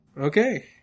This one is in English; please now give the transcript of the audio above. Okay